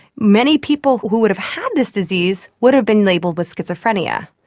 many people who would have had this disease would have been labelled with schizophrenia.